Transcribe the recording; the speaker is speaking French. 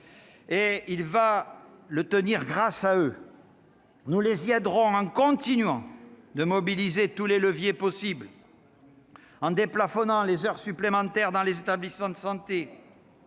et il va le tenir grâce à eux. Nous les y aiderons en continuant de mobiliser tous les leviers possibles : en déplafonnant les heures supplémentaires dans les établissements de santé